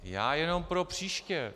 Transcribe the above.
Já jenom propříště.